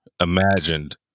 imagined